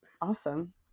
Awesome